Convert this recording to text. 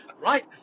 right